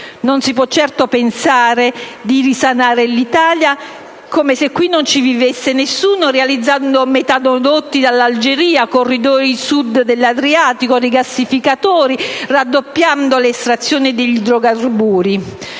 Non si può certo pensare di risanare l'Italia come se qui non ci vivesse nessuno, realizzando metanodotti dall'Algeria, corridoi sud dell'Adriatico, rigassificatori, raddoppiando l'estrazione di idrocarburi;